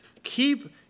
Keep